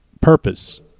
purpose